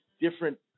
different